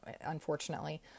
unfortunately